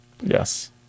Yes